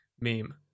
meme